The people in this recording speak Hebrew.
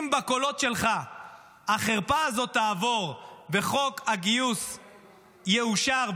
אם בקולות שלך החרפה הזאת תעבור וחוק הגיוס יאושר,